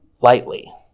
lightly